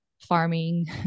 farming